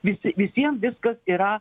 visi visiems viskas yra